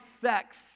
sex